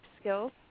skills